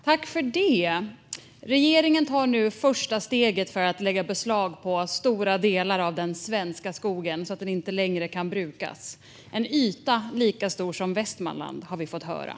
Fru talman! Regeringen tar nu första steget för att lägga beslag på stora delar av den svenska skogen så att den inte längre kan brukas - en yta lika stor som Västmanland, har vi fått höra.